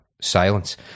silence